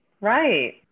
right